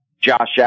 Josh